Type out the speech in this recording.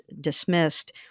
dismissed